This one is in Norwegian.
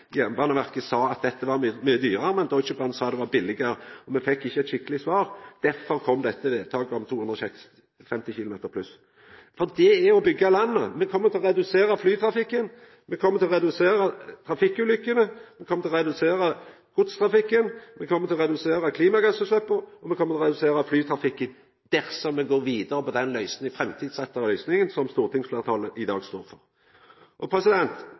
Jernbaneverket sa at dette var mykje dyrare, men Deutsche Bahn sa det var billegare. Me fekk ikkje eit skikkeleg svar, derfor kom dette vedtaket om 250 km/t pluss. Det er å byggja landet. Me kjem til å redusera flytrafikken, me kjem til å redusera trafikkulykkene, me kjem til å redusera godstrafikken, og me kjem til å redusera klimagassutsleppa dersom me går vidare med den framtidsretta løysinga som stortingsfleirtalet i dag står for.